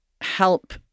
help